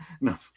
no